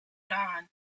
dawn